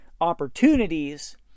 opportunities